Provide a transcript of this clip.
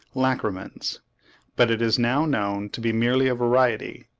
lacrymans, but it is now known to be merely a variety.